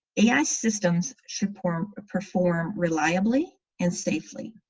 ai systems should perform perform reliably and safely.